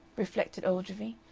reflected ogilvy.